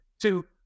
two